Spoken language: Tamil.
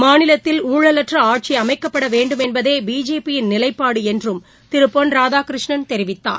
மாநிலத்தில் ஊழலற்றஆட்சிஅமைக்கப்படவேண்டும் என்பதேபிஜேபி யின் நிலைப்பாடுஎன்றும் திருபொன் ராதாகிருஷ்ணன் தெரிவித்தார்